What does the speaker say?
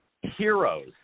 heroes